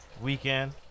weekend